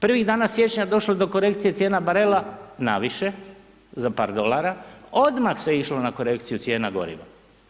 Prvih dana siječnja došlo je do korekcije cijena barela na više, za par dolara, odmah se išlo na korekciju cijena goriva.